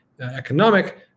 economic